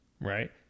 Right